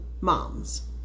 moms